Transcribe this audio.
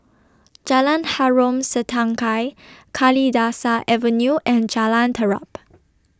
Jalan Harom Setangkai Kalidasa Avenue and Jalan Terap